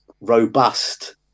robust